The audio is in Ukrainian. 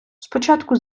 спочатку